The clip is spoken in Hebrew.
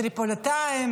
טריפוליטאים,